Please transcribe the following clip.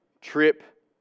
trip